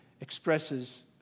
expresses